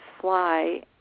fly